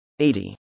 80